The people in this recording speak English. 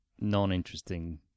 non-interesting